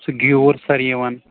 سُہ گیٛوٗر سَر یِوان